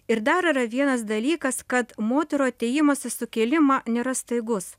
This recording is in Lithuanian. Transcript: ir dar yra vienas dalykas kad moterų atėjimas į sukilimą nėra staigus